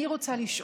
אני רוצה לשאול: